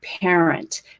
parent